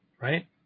right